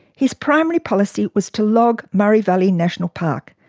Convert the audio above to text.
his primary policy was to log murray valley national park,